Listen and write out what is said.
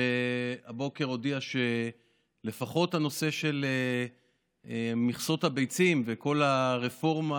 שהבוקר הודיע שלפחות הנושא של מכסות הביצים וכל הרפורמה